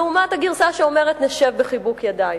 לעומת הגרסה שאומרת: נשב בחיבוק ידיים.